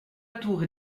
tour